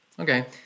Okay